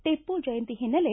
ಟಿಪ್ಪು ಜಯಂತಿ ಹಿನ್ನೆಲೆ